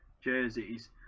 jerseys